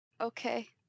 Okay